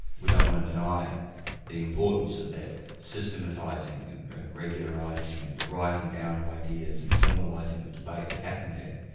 we don't want to deny the importance of that systematising and and regularising and the writing down of ideas and the formalising of debate that happened there.